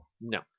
No